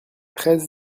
treize